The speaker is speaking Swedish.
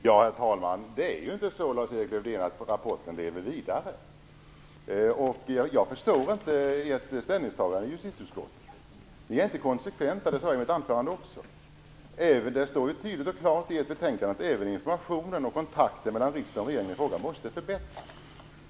Herr talman! Det är inte så, Lars-Erik Lövdén, att rapporten lever vidare. Jag förstår inte ert ställningstagande i justitieutskottet. Ni är inte konsekventa. Det sade jag i mitt anförande också. Det står tydligt och klart i ert betänkande att även informationen och kontakten mellan riksdag och regering måste förbättras.